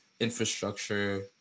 infrastructure